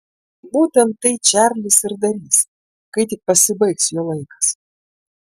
būtent tai čarlis ir darys kai tik pasibaigs jo laikas